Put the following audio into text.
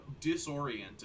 disorienting